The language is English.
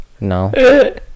No